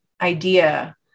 idea